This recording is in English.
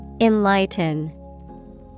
Enlighten